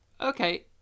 Okay